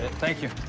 and thank you